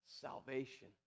salvation